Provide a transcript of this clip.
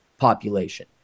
population